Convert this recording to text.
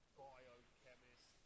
biochemist